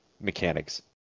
mechanics